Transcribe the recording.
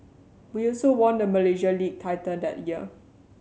we also won the Malaysia League title that year